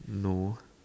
no